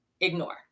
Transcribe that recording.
ignore